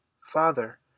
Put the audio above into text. Father